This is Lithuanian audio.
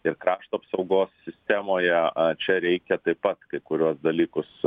ir krašto apsaugos sistemoje čia reikia taip pat kai kuriuos dalykus